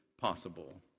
possible